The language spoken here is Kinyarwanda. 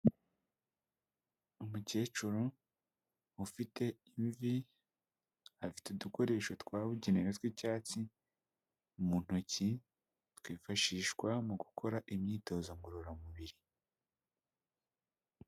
Umukecuru ufite imvi, afite udukoresho twabugenewe tw'icyatsi mu ntoki, twifashishwa mu gukora imyitozo ngororamubiri.